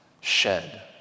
shed